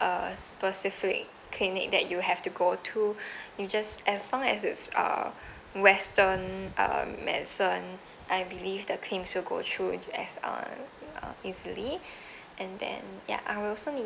a specific clinic that you have to go to you just as long as it's uh western medicine I believe the claims should go through as uh easily and then ya I will also need